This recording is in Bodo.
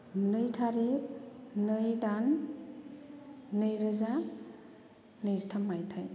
नै थारिख नै दान नैरोजा नैजिथाम मायथाइ